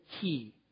key